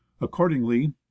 accordingly